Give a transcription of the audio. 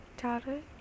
childhood